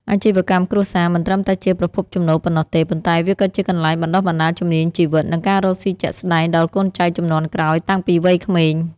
អាជីវកម្មគ្រួសារមិនត្រឹមតែជាប្រភពចំណូលប៉ុណ្ណោះទេ ប៉ុន្តែវាក៏ជាកន្លែងបណ្ដុះបណ្ដាលជំនាញជីវិត និងការរកស៊ីជាក់ស្ដែងដល់កូនចៅជំនាន់ក្រោយតាំងពីវ័យក្មេង។